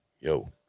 yo